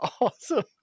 awesome